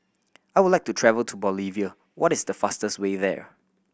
I would like to travel to Bolivia what is the fastest way there